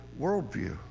worldview